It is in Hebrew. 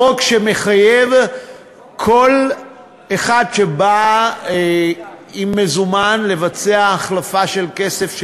חוק שמחייב כל אחד שבא עם מזומן לבצע החלפה של כסף,